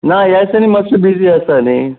ना ह्या दिसांनी मात्शे बिजी आसा न्ही